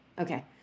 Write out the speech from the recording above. Okay